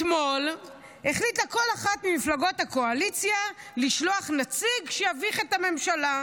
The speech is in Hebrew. אתמול החליטה כל אחת ממפלגות הקואליציה לשלוח נציג שיביך את הממשלה.